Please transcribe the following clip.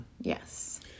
Yes